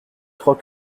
trois